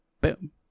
boom